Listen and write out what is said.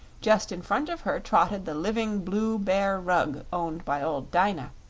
just in front of her trotted the living blue bear rug owned by old dyna,